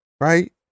right